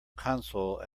console